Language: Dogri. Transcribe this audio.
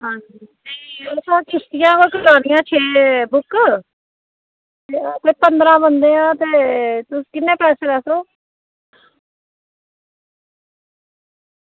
ओह् करानी ही बुक पंदरां बंदे आं तुस किन्ने पैसे दस्सो